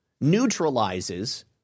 neutralizes